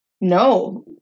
no